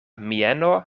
mieno